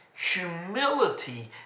Humility